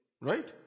right